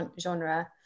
genre